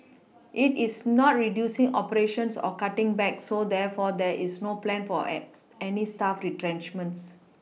it is not Reducing operations or cutting back so therefore there is no plan for as any staff retrenchments